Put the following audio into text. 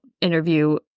interview